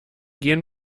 gehn